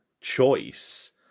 choice